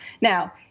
Now